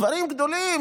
דברים גדולים,